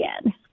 again